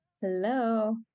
Hello